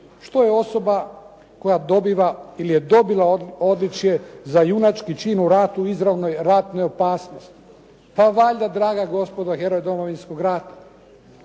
Što je osoba koja dobiva ili je dobila odličje za junački čin u ratu i izravnoj ratnoj opasnosti? Pa valjda, draga gospodo, heroj Domovinskog rata.